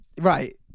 right